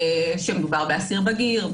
שמדובר באסיר בגיר,